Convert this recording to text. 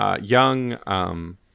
young